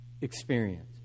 experience